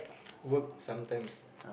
work sometimes